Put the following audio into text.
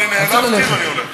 אני לא כועס עליך.